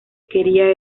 quería